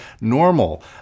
normal